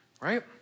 right